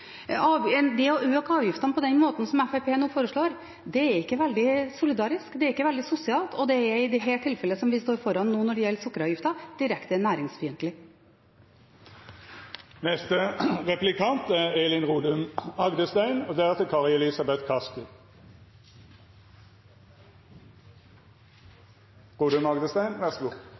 rene avgifter. Det å øke avgiftene på den måten som Fremskrittspartiet nå foreslår, er ikke veldig solidarisk, er ikke veldig sosialt og er – i det tilfellet som vi står overfor når det gjelder sukkeravgiften – direkte næringsfiendtlig.